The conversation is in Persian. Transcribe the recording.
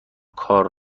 کار